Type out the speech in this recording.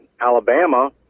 Alabama